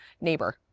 neighbor